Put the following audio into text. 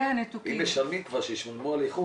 אם משלמים כבר, שישלמו על איכות.